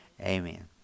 amen